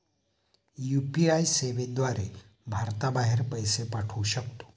UPI सेवेद्वारे भारताबाहेर पैसे पाठवू शकतो